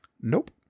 Nope